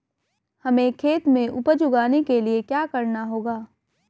हमें खेत में उपज उगाने के लिये क्या करना होगा?